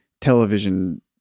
television